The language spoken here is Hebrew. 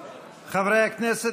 חבר הכנסת